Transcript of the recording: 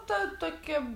ta tokia